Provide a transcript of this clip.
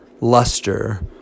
luster